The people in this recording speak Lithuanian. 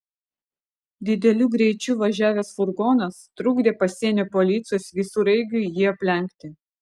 dideliu greičiu važiavęs furgonas trukdė pasienio policijos visureigiui jį aplenkti